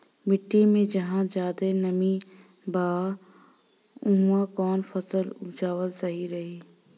मिट्टी मे जहा जादे नमी बा उहवा कौन फसल उपजावल सही रही?